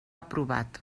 aprovat